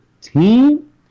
team